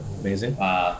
Amazing